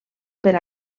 per